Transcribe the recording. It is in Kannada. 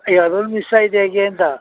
ಯಾವುದೋ ಒಂದು ಮಿಸ್ ಆಯ್ತಾ ಹೇಗೇ ಅಂತ